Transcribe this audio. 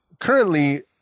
Currently